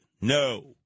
No